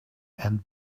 and